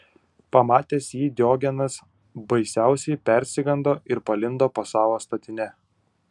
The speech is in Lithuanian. pamatęs jį diogenas baisiausiai persigando ir palindo po savo statine